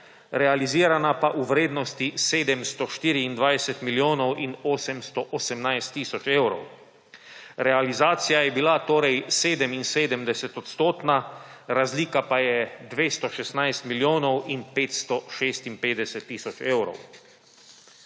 realizirana pa v vrednosti 724 milijonov in 818 tisoč evrov. Realizacija je bila torej 77-odstotna, razlika pa je 216 milijonov in 556 tisoč evrov.